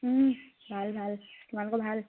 ভাল ভাল তোমালোকৰ ভাল